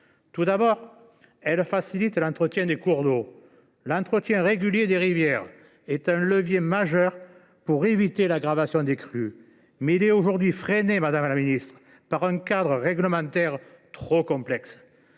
Tout d’abord, ce texte vise à faciliter l’entretien des cours d’eau. L’entretien régulier des rivières est un levier majeur pour éviter l’aggravation des crues. Il est aujourd’hui freiné par un cadre réglementaire trop complexe,